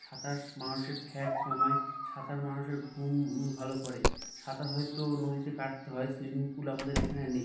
সাঁতার মানুষের ফ্যাট কমায় সাঁতার মানুষের ঘুম ভালো করে সাঁতার হয়তো নদীতে কাটতে হয় সুইমিং পুল আমাদের এখানে নেই